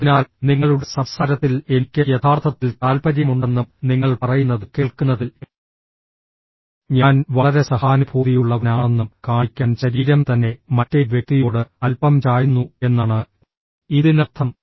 അതിനാൽ നിങ്ങളുടെ സംസാരത്തിൽ എനിക്ക് യഥാർത്ഥത്തിൽ താൽപ്പര്യമുണ്ടെന്നും നിങ്ങൾ പറയുന്നത് കേൾക്കുന്നതിൽ ഞാൻ വളരെ സഹാനുഭൂതിയുള്ളവനാണെന്നും കാണിക്കാൻ ശരീരം തന്നെ മറ്റേ വ്യക്തിയോട് അല്പം ചായുന്നു എന്നാണ് ഇതിനർത്ഥം